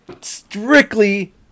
strictly